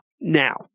Now